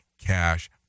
cash